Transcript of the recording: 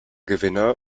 gewinner